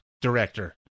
director